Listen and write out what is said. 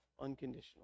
unconditional